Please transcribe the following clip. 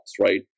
right